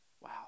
wow